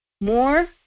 More